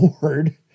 bored